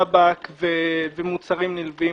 טבק ומוצרים נלווים.